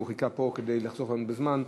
שחיכה פה כדי לחסוך לנו בזמן.